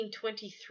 1923